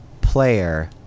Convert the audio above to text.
Player